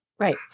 Right